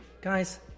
Guys